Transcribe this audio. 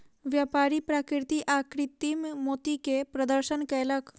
व्यापारी प्राकृतिक आ कृतिम मोती के प्रदर्शन कयलक